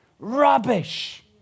Rubbish